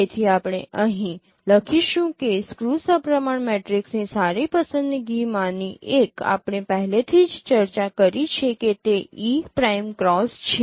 તેથી આપણે અહીં લખીશું કે સ્ક્યૂ સપ્રમાણ મેટ્રિક્સની સારી પસંદગીમાંની એક આપણે પહેલેથી જ ચર્ચા કરી છે કે તે e પ્રાઇમ ક્રોસ છે